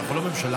אנחנו לא ממשלה,